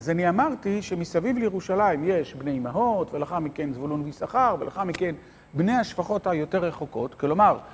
אז אני אמרתי שמסביב לירושלים יש בני אימהות, ולאחר מכן זבולון יששכר, ולאחר מכן בני השפחות היותר רחוקות, כלומר...